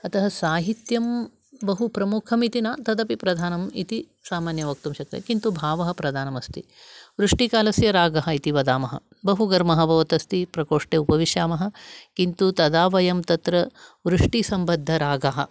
अतः साहित्यं बहु प्रमुखमिति न तदपि प्रधानम् इति सामान्यं वक्तुं शक्यते किन्तु भावः प्रधानमस्ति वृष्टिकालस्य रागः इति वदामः बहु घर्मः भवतस्ति प्रकोष्टे उपविशामः किन्तु तदा वयं तत्र वृष्टिसम्बद्धरागः